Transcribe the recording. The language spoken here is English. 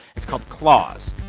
it's called claws.